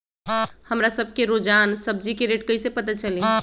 हमरा सब के रोजान सब्जी के रेट कईसे पता चली?